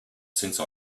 since